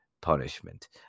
punishment